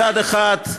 מצד אחד,